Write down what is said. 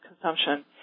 consumption